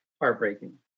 heartbreaking